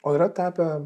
o yra tapę